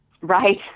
Right